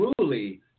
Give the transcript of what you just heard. truly